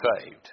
saved